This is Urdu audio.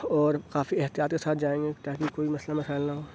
اور کافی احتیاط کے ساتھ جائیں گے تا کہ کوئی مسئلہ مسائل نہ ہو